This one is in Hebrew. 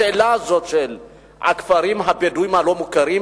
השאלה הזאת של הכפרים הבדואיים הלא-מוכרים